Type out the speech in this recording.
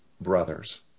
brothers